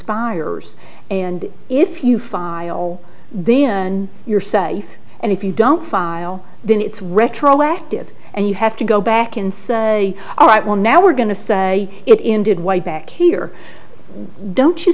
pires and if you file then your say and if you don't file then it's retroactive and you have to go back and say all right well now we're going to say it indeed way back here don't you